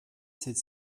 sept